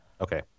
Okay